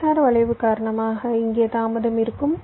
கடிகார வளைவு காரணமாக இங்கே தாமதம் இருக்கும்